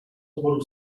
sboru